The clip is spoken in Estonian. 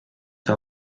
see